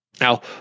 Now